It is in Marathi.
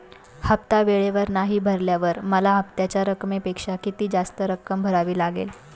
हफ्ता वेळेवर नाही भरल्यावर मला हप्त्याच्या रकमेपेक्षा किती जास्त रक्कम भरावी लागेल?